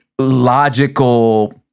logical